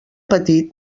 petit